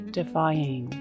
defying